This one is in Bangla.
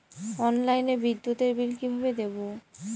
অনলাইনে বিদ্যুতের বিল কিভাবে দেব?